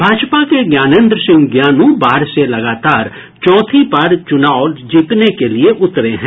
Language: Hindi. भाजपा के ज्ञानेंद्र सिंह ज्ञानू बाढ से लगातार चौथी बार चुनाव जीतने के लिए उतरे हैं